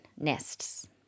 nests